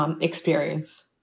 experience